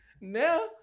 Now